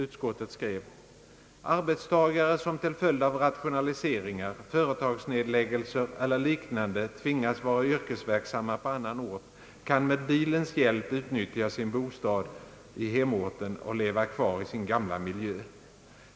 Utskottet skrev: »Arbetstagare som till följd av rationaliseringar, företagsnedläggelser eller liknande tvingas vara yrkesverksamma på annan ort kan med bilens hjälp utnyttja sin bostad i hemorten och leva kvar i gamla miljön.